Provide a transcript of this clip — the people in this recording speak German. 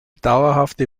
dauerhafte